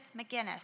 McGinnis